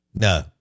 No